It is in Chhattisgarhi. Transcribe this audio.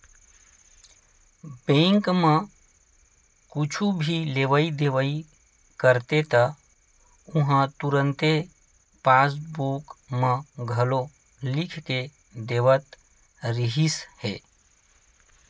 बेंक म कुछु भी लेवइ देवइ करते त उहां तुरते पासबूक म घलो लिख के देवत रिहिस हे